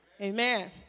Amen